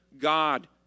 God